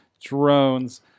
drones